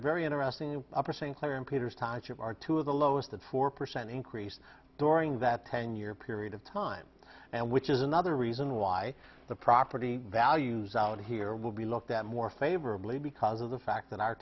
very interesting in pursuing claire in peter's time as you are two of the lowest at four percent increase during that ten year period of time and which is another reason why the property values out here will be looked at more favorably because of the fact that our